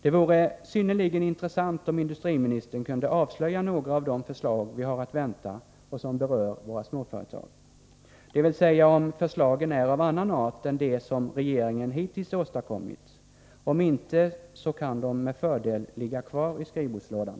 Det vore synnerligen intressant, om industriministern kunde avslöja några av de förslag som vi har att vänta och som berör våra småföretag, dvs. om förslagen är av annan art än dem som regeringen hittills åstadkommit. Om inte kan de med fördel ligga kvar i skrivbordslådan.